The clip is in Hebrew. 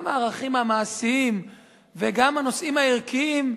גם הערכים המעשיים וגם הנושאים הערכיים,